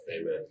Amen